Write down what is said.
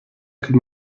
could